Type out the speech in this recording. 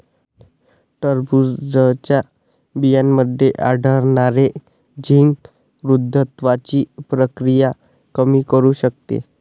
टरबूजच्या बियांमध्ये आढळणारे झिंक वृद्धत्वाची प्रक्रिया कमी करू शकते